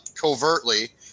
covertly